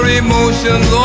emotions